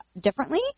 differently